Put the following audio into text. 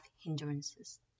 hindrances